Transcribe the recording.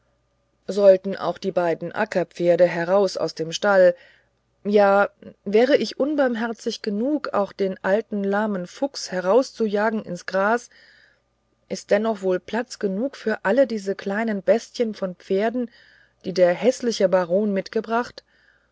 sollten auch die beiden ackerpferde her aus aus dem stall ja wäre ich unbarmherzig genug auch den alten lahmen fuchs herauszujagen ins gras ist dennoch wohl platz genug für alle diese kleinen bestien von pferden die der häßliche baron mitgebracht